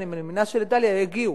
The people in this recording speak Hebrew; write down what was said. אני מקווה שלדאליה יגיעו